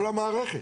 כל המערכת.